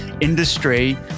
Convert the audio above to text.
industry